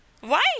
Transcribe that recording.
Why